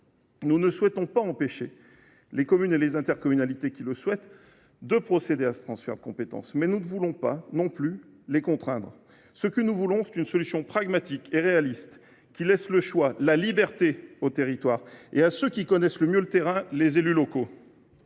Nous ne souhaitons pas empêcher les communes et les intercommunalités qui le souhaitent de procéder au transfert de compétences, mais nous ne voulons pas non plus les y contraindre. Nous voulons une solution pragmatique et réaliste, qui laisse le choix, la liberté, à ceux qui connaissent le mieux le terrain : les élus locaux.